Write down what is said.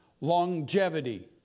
longevity